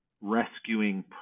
rescuing